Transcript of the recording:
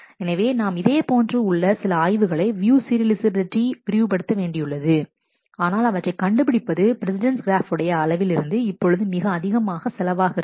எனவே நாம் இதேபோன்று உள்ள சில ஆய்வுகளை வியூ சீரியலைஃசபிலிட்டிக்கு விரிவு படுத்த வேண்டியுள்ளது ஆனால் அவற்றை கண்டுபிடிப்பது பிரஸிடெண்ட்ஸ் கிராப் உடைய அளவில் இருந்து இப்பொழுது மிக அதிகமாக செலவாகிறது